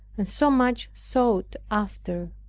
and so much sought after.